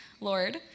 Lord